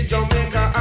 Jamaica